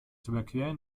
überqueren